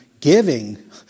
giving